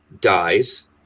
dies